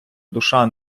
душа